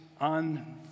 on